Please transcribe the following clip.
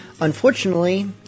Unfortunately